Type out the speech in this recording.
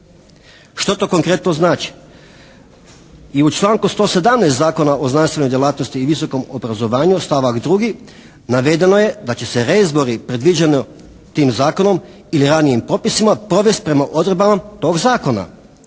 Što to konkretno znači? I u članku 117. Zakona o znanstvenoj djelatnosti i visokom obrazovanju stavak 2. navedeno je da će se reizbori predviđeno tim zakonom ili ranijim propisima provesti prema odredbama tog zakona.